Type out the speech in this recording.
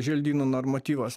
želdynų normatyvas